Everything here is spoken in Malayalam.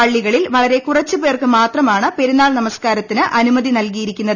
പള്ളികളിൽ വളരെ കുറച്ചുപേർക്ക് മാത്രമാണ് പെരുന്നാൾ നമസ്കാരത്തിന് അനുമതി നൽകിയിരിക്കുന്നത്